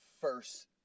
first